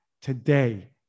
today